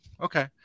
Okay